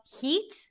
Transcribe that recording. Heat